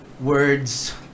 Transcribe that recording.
words